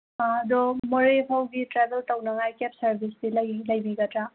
ꯑꯥ ꯑꯗꯣ ꯃꯣꯔꯦ ꯐꯥꯎꯕꯒꯤ ꯇ꯭ꯔꯦꯕꯦꯜ ꯇꯧꯅꯉꯥꯏ ꯀꯦꯕ ꯁꯔꯕꯤꯁꯇꯤ ꯂꯩꯕꯤꯒꯗ꯭ꯔꯥ